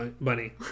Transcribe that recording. bunny